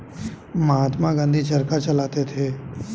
महात्मा गांधी चरखा चलाते थे